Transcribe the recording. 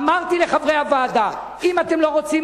אמרתי לחברי הוועדה: אם אתם לא רוצים,